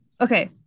okay